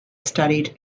studied